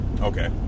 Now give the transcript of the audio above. Okay